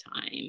time